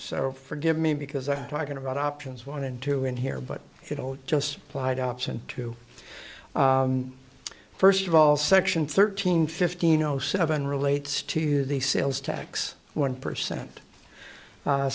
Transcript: so forgive me because i'm talking about options one and two in here but you know just applied option to first of all section thirteen fifteen zero seven relates to the sales tax one percent